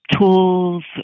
tools